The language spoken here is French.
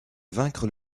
vaincre